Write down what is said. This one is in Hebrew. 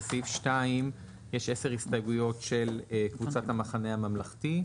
לסעיף 2 יש עשר הסתייגויות של קבוצת המחנה הממלכתי.